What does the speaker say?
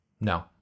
No